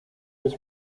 was